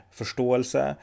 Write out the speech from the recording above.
förståelse